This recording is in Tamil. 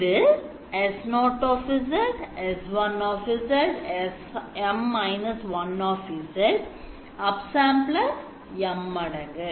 இது S0 S1 SM−1 upsampler M மடங்கு